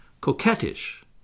coquettish